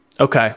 okay